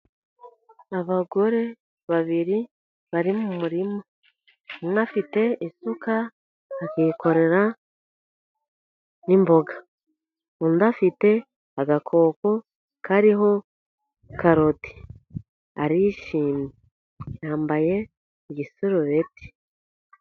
Abagore babiri bari mu murima, umwe afite isuka akikorera n'imboga, undi afite agakoko kariho karoti, arishimye yambaye igisurubeti.